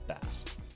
fast